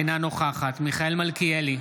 אינה נוכחת מיכאל מלכיאלי,